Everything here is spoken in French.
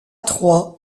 trois